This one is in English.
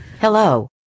Hello